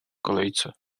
kolejce